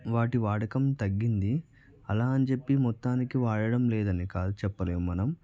వాటి వాడకం తగ్గింది అలా అని చెప్పి మొత్తానికి వాడటం లేదని కాదు చెప్పలేము మనం